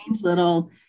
little